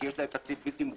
כי יש להם תקציב בלתי-מוגבל,